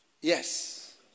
Yes